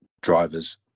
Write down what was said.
drivers